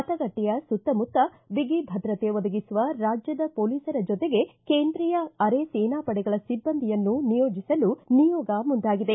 ಮತಗಟ್ಟೆಯ ಸುತ್ತಮುತ್ತ ಬಿಗಿ ಭದ್ರತೆ ಒದಗಿಸುವ ರಾಜ್ಯದ ಪೊಲೀಸರ ಜೊತೆಗೆ ಕೇಂದ್ರಿಯ ಅರೆ ಸೇನಾಪಡೆಗಳ ಒಬ್ಬಂದಿಯನ್ನೂ ನಿಯೋಜಿಸಲು ನಿಯೋಗ ಮುಂದಾಗಿದೆ